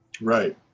Right